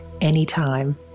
anytime